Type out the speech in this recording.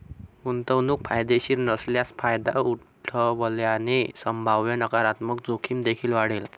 गुंतवणूक फायदेशीर नसल्यास फायदा उठवल्याने संभाव्य नकारात्मक जोखीम देखील वाढेल